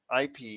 IP